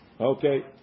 okay